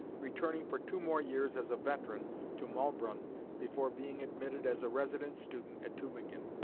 returning for two more years as a veteran to maulbronn before being admitted as a resident student at tubingen.